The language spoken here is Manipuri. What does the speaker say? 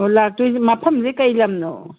ꯍꯣ ꯂꯥꯛꯇꯣꯏꯁꯦ ꯃꯐꯝꯁꯦ ꯀꯔꯤ ꯂꯝꯅꯣ